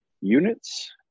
units